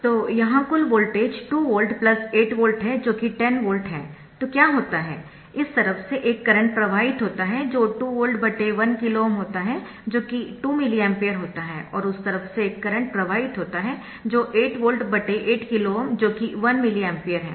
तो यहाँ कुल वोल्टेज 2 वोल्ट 8 वोल्ट है जो कि10 वोल्ट है तो क्या होता है इस तरफ से एक करंट प्रवाहित होता है जो 2 वोल्ट 1KΩ होता है जो कि 2 मिली एम्पीयर होता है और उस तरफ से एक करंट प्रवाहित होता है जो 8 वोल्ट8 KΩ जो कि 1 मिली एम्पीयर है